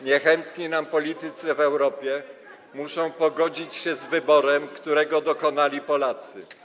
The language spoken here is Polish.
niechętni nam politycy w Europie muszą pogodzić się z wyborem, którego dokonali Polacy.